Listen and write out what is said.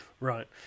right